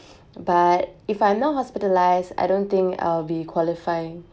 but if I am not hospitalised I don't think I will be qualify